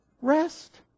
Rest